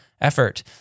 effort